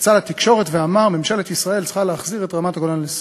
יצא לתקשורת ואמר: ממשלת ישראל צריכה להחזיר את רמת-הגולן לסוריה.